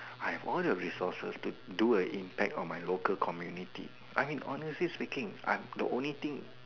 I have all the resources to do an impact on my local community I mean honestly speaking I'm the only thing